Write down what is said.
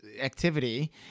activity